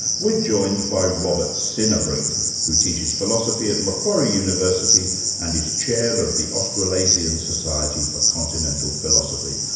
we're joined by robert sinnerbrink who teaches philosophy at macquarie university and is chair of the australasian society for continental philosophy.